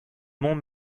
mont